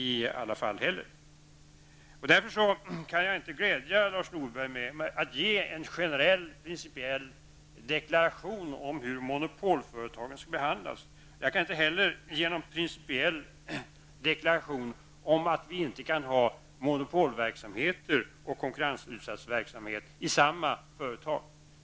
Därför kan jag inte glädja Lars Norberg med att ge en generell, principiell deklaration om hur monopolföretagen skall behandlas. Jag kan inte heller ge en principiell deklaration att vi inte kan ha monopolverksamhet och konkurrensutsatt verksamhet i samma företag.